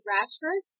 Rashford